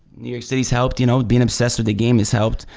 new york city's helped, you know being obsessed with the game has helped,